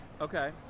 Okay